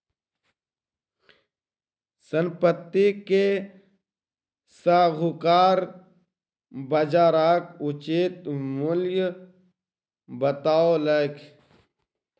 संपत्ति के साहूकार बजारक उचित मूल्य बतौलक